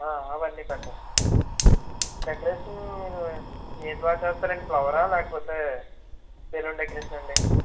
అవన్నీపెట్టండి decoration ఏది బాగా చేస్తారండి ఫ్లవరా లేకపోతే బెలూన్ డెకరేషనా అండి